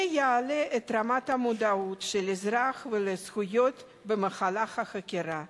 זה יעלה את רמת המודעות של האזרח לזכויות במהלך החקירה.